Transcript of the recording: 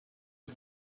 den